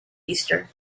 easter